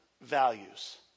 values